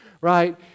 Right